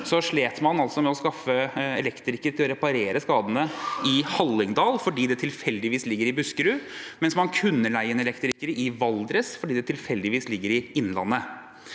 slet med å skaffe elektrikere til å reparere skadene i Hallingdal fordi det tilfeldigvis ligger i Buskerud, mens man kunne leie inn elektrikere i Valdres fordi det tilfeldigvis ligger i Innlandet.